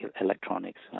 electronics